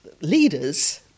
leaders